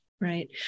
Right